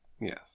Yes